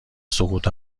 سقوط